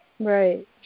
Right